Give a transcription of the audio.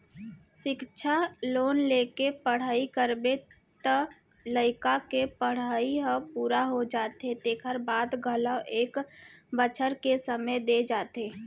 सिक्छा लोन लेके पढ़ई करबे त लइका के पड़हई ह पूरा हो जाथे तेखर बाद घलोक एक बछर के समे दे जाथे